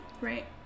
Right